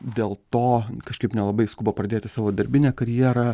dėl to kažkaip nelabai skuba pradėti savo darbinę karjerą